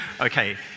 Okay